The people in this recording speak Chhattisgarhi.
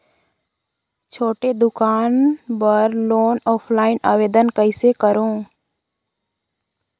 छोटे दुकान बर लोन ऑफलाइन आवेदन कइसे करो?